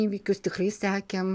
įvykius tikrai sekėm